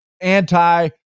anti